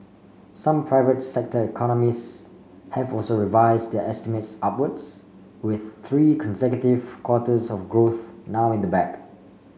some private sector economists have also revised their estimates upwards with three consecutive quarters of growth now in the bag